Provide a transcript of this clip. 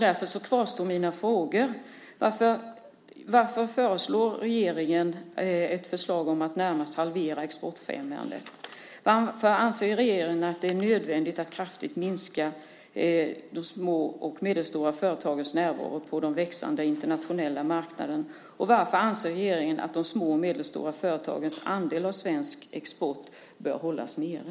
Därför kvarstår mina frågor: Varför lägger regeringen fram ett förslag om att närmast halvera exportfrämjandet? Varför anser regeringen att det är nödvändigt att kraftigt minska de små och medelstora företagens närvaro på den växande internationella marknaden? Och varför anser regeringen att de små och medelstora företagens andel av svensk export bör hållas nere?